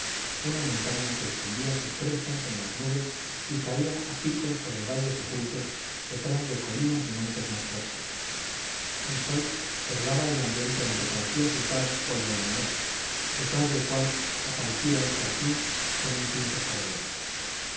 una montaña que escondía sus crestas en las nubes y caía a pico sobre valles ocultos detrás de colinas y montes más próximos el sol sesgaba el ambiente en que parecía flotar polvo luminoso detrás del cual aparecía el corfín con un tinte cárdeno